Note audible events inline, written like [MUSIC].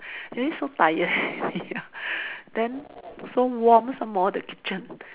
then so tired already ah [LAUGHS] then so warm some more the kitchen